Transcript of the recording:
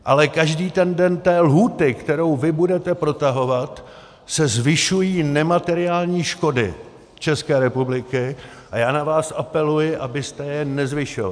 Ale každý den té lhůty, kterou vy budete protahovat, se zvyšují nemateriální škody České republiky a já na vás apeluji, abyste je nezvyšoval.